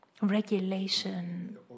Regulation